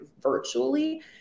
virtually